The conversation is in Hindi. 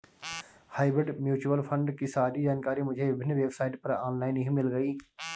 हाइब्रिड म्यूच्यूअल फण्ड की सारी जानकारी मुझे विभिन्न वेबसाइट पर ऑनलाइन ही मिल गयी